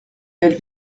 elle